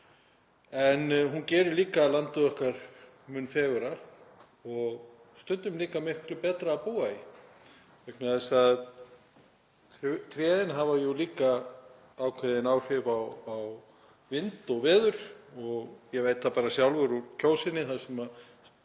En hún gerir líka landið okkar mun fegurra og stundum líka miklu betra að búa í, vegna þess að trén hafa jú líka ákveðin áhrif á vind og veður. Ég veit það bara sjálfur úr Kjósinni.